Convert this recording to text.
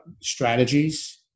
strategies